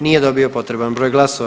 Nije dobio potreban broj glasova.